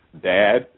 dad